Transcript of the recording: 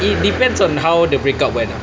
it depends on how the break up went ah